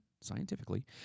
scientifically